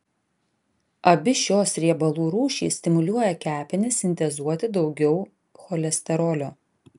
abi šios riebalų rūšys stimuliuoja kepenis sintezuoti daugiau cholesterolio